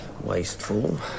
Wasteful